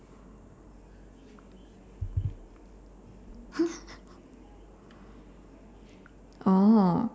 oh